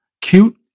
cute